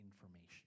information